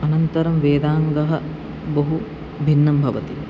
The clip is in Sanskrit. अनन्तरं वेदाङ्गः बहु भिन्नं भवति